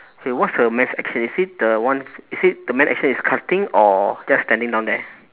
okay what's the man's action is he the one is he the man's action is cutting or just standing down there